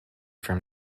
from